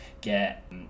get